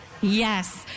Yes